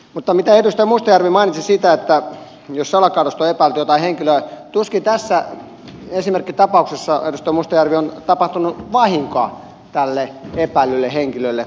mutta kun edustaja mustajärvi mainitsi että salakaadosta on epäilty jotain henkilöä niin tuskin tässä esimerkkitapauksessa edustaja mustajärvi on tapahtunut vahinkoa tälle epäillylle henkilölle